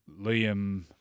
Liam